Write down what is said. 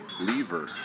lever